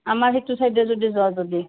আমাৰ সেইটো চাইডে যদি যোৱা যদি